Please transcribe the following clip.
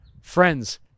Friends